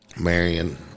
Marion